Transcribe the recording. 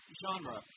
genre